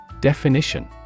Definition